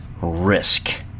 risk